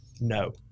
No